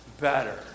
better